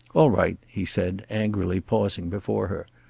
all right, he said, angrily pausing before her.